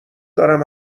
دارم